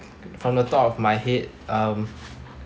from the top of my head um